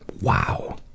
Wow